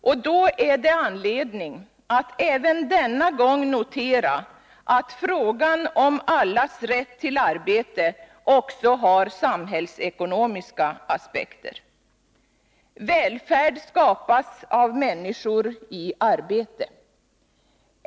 Då finns det anledning att även denna gång notera att frågan om allas rätt till arbete också har samhällsekonomiska aspekter. Välfärd skapas av människor i arbete.